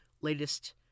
latest